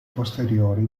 posteriori